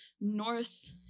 north